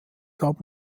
gab